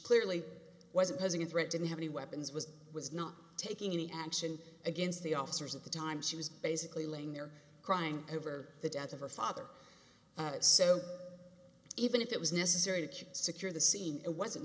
clearly wasn't posing a threat didn't have any weapons was was not taking any action against the officers at the time she was basically laying there crying over the death of her father so even if it was necessary to secure the scene it wasn't